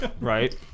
Right